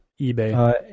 eBay